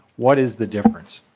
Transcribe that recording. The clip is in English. what is the difference?